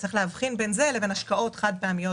צריך להבחין בין זה לבין השקעות חד פעמיות